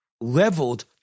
leveled